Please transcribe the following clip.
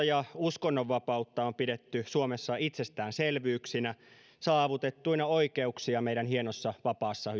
ja uskonnonvapautta on pidetty suomessa itsestäänselvyyksinä saavutettuina oikeuksina meidän hienossa vapaassa